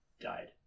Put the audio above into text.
died